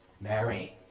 Mary